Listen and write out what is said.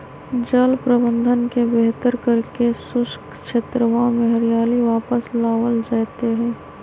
जल प्रबंधन के बेहतर करके शुष्क क्षेत्रवा में हरियाली वापस लावल जयते हई